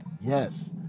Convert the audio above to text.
Yes